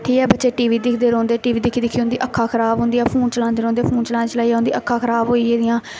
केह् ऐ बच्चे टी वी दिखदे रौंह्दे टी वी दिक्खी दिक्खी उं'दियां अक्खां खराब होंदियां फोन चलांदे रौंह्दे फोन चलाई चलाइयै उं'दी अक्खां खराब होई गेदियां